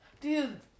dude